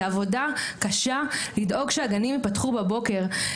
זו עבודה קשה לדאוג שהגנים יפתחו כל בוקר.